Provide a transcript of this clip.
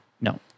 No